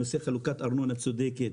נושא חלוקת ארנונה צודקת,